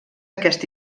aquest